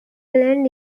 and